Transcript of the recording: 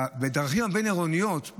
בדרכים הבין-עירוניות,